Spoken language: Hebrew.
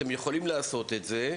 אתם יכולים לעשות את זה,